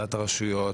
שהפרדת הרשויות,